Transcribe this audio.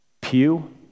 pew